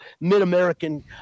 mid-American